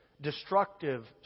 destructive